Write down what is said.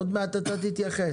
עוד מעט אתה תתייחס.